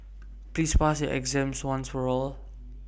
please pass your exam once and for all